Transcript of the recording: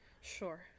Sure